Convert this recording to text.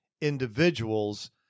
individuals